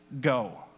go